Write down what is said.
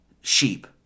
sheep